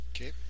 Okay